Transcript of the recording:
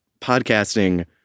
podcasting